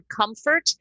comfort